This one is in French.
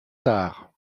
tard